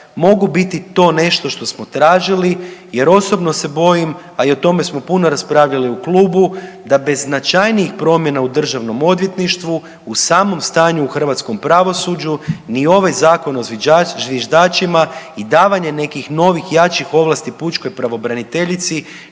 mogu biti to nešto što smo tražili jer osobno se bojim, a i o tome smo puno raspravljali u klubu da bez značajnijih promjena u državnom odvjetništvu u samom stanju u hrvatskom pravosuđu ni ovaj Zakon o zviždačima i davanje nekih novih i jačih ovlasti pučkoj pravobraniteljici